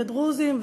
דרוזים,